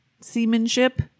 seamanship